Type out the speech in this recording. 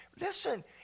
Listen